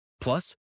Plus